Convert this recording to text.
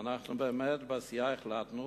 בסיעה החלטנו